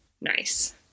Nice